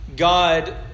God